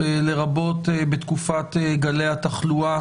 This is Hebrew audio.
לרבות בתקופת גלי התחלואה